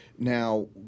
Now